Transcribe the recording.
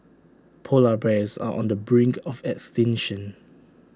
Polar Bears are on the brink of extinction